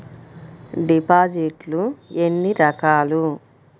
డిపాజిట్లు ఎన్ని రకాలు?